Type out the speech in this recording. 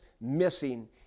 missing